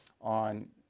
on